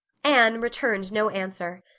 anne returned no answer.